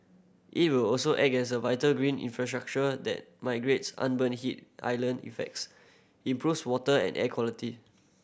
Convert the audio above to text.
it will also act as a vital green infrastructure that mitigates urban heat island effects improves water and air quality